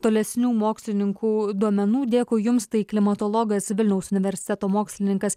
tolesnių mokslininkų duomenų dėkui jums tai klimatologas vilniaus universiteto mokslininkas